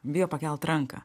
bijo pakelt ranką